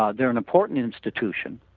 ah they are an important institution.